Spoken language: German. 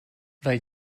weil